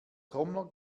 trommler